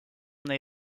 they